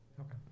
Okay